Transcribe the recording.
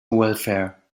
welfare